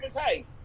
hey